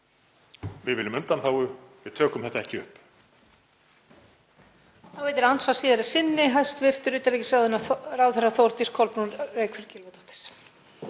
Við viljum undanþágu, við tökum þetta ekki upp?